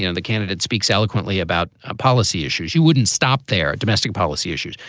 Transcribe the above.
you know the candidate speaks eloquently about ah policy issues. you wouldn't stop their domestic policy issues.